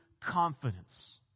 confidence